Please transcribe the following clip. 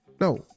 No